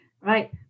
right